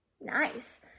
nice